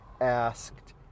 asked